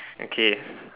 okay